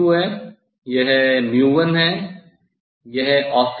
यह 2 है यह 1 है